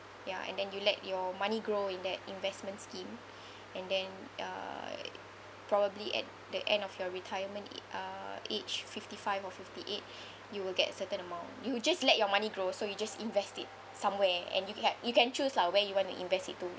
ya and then you let your money grow in that investment scheme and then uh probably at the end of your retirement a~ uh age fifty-five or fifty-eight you will get a certain amount you just let your money grow so you just invest it somewhere and you ca~ you can choose lah where you want to invest it to